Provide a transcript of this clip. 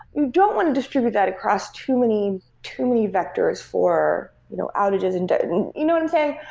you don't want to distribute that across too many too many vectors for you know outages and you know what i'm saying?